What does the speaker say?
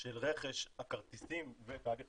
של רכש הכרטיסים ותהליך